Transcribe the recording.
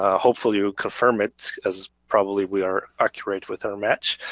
ah hopefully you confirm it, as probably we are accurate with our match.